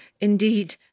indeed